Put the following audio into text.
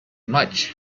much